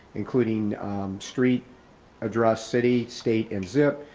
including street address, city, state and zip,